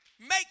Make